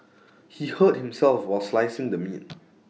he hurt himself while slicing the meat